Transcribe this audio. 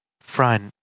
front